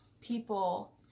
people